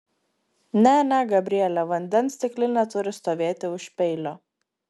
ne ne gabriele vandens stiklinė turi stovėti už peilio